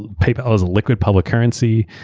paypal has liquid public currency.